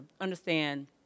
understand